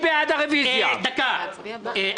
אתה עושה טעות.